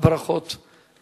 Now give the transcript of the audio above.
הברכות לך.